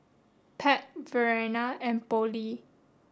Pat Verena and Pollie